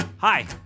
Hi